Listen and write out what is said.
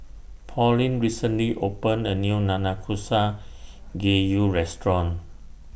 Pauline recently opened A New Nanakusa Gayu Restaurant